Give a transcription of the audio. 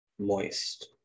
moist